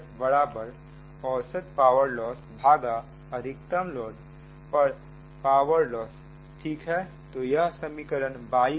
LLF औसत power loss अधिकतम load पर पावर लॉस ठीक है तो यह समीकरण 22 है